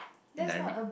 and I read